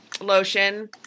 lotion